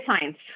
science